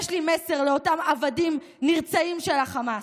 יש לי מסר לאותם עבדים נרצעים של החמאס: